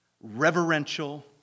reverential